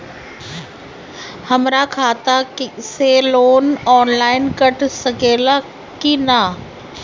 हमरा खाता से लोन ऑनलाइन कट सकले कि न?